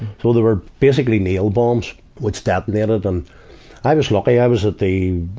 so they were basically nail bombs which detonated and i was lucky i was at the,